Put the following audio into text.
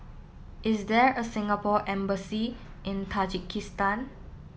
is there a Singapore Embassy in Tajikistan